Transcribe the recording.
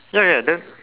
ya ya then